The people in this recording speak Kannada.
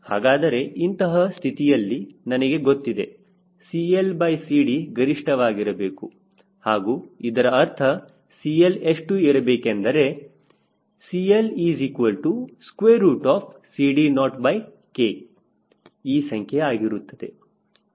ಹಾಗಾದರೆ ಇಂತಹ ಸ್ಥಿತಿಯಲ್ಲಿ ನನಗೆ ಗೊತ್ತಿದೆ CLCD ಗರಿಷ್ಠವಾಗಿರಬೇಕು ಹಾಗೂ ಇದರ ಅರ್ಥ CL ಎಷ್ಟು ಇರಬೇಕೆಂದರೆ CLCD0K ಈ ಸಂಖ್ಯೆ ಆಗಿರುತ್ತದೆ